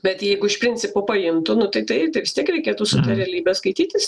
bet jeigu iš principo paimtų nu tai tai vis tiek reikėtų su realybe skaitytis